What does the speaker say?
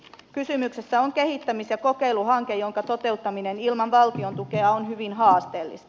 kysymyksessä on kehittämis ja kokeiluhanke jonka toteuttaminen ilman valtion tukea on hyvin haasteellista